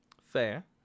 Fair